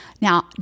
Now